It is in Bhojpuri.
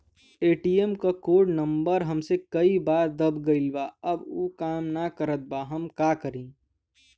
ए.टी.एम क कोड नम्बर हमसे कई बार दब गईल बा अब उ काम ना करत बा हम का करी?